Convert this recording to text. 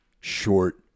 short